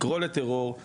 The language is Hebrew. לקרוא לטרור,